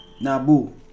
Nabu